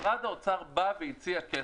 משרד האוצר בא והציע כסף.